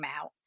out